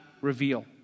reveal